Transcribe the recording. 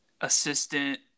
assistant